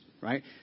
Right